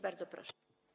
Bardzo proszę.